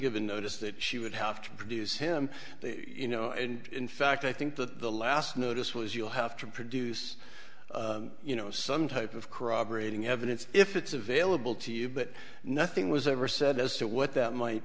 given notice that she would have to produce him you know and in fact i think that the last notice was you'll have to produce you know some type of corroborating evidence if it's available to you but nothing was ever said as to what that might